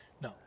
No